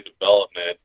development